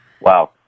Wow